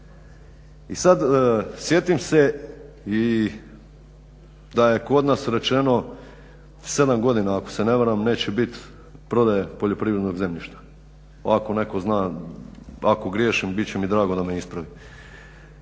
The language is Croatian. I sad sjetim se i da je kod nas rečeno 7 godina ako se ne varam neće biti prodaje poljoprivrednog zemljišta. Ako netko zna ako griješim bit će mi drago da me ispravi.